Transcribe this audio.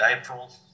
April